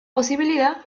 posibilidad